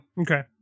Okay